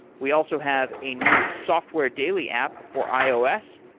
we also have a new software daily app for ios.